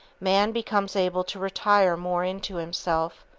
man becomes able to retire more into himself,